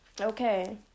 okay